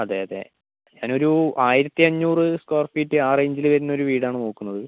അതെ അതെ അതിനൊരു ആയിരത്തി അഞ്ഞൂറ് സ്കൊയർ ഫീറ്റ് ആ റെയ്ഞ്ചിൽ വരുന്ന വീടാണ് നോക്കുന്നത്